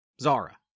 Zara